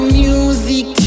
music